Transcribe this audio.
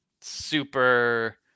super